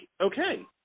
okay